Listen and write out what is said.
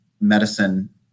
medicine